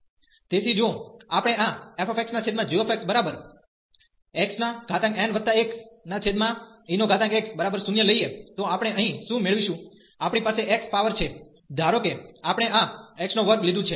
તેથી જો આપણે આ fxgx xn1ex 0 લઈએ તો આપણે અહીં શું મેળવીશું આપણી પાસે x પાવર છે ધારો કે આપણે આ x2 લીધું છે